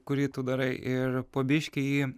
kurį tu darai ir po biškį jį